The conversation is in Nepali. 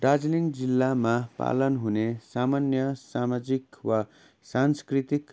दार्जिलिङ जिल्लामा पालन हुने सामान्य सामाजिक वा सांस्कृतिक